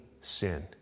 sin